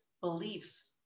beliefs